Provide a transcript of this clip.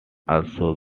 also